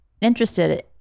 interested